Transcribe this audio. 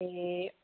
ਤੇ